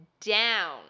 down